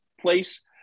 place